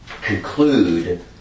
conclude